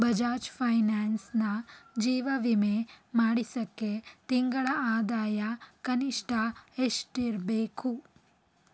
ಬಜಾಜ್ ಫೈನಾನ್ಸ್ನ ಜೀವ ವಿಮೆ ಮಾಡಿಸೋಕ್ಕೆ ತಿಂಗಳ ಆದಾಯ ಕನಿಷ್ಠ ಎಷ್ಟಿರಬೇಕು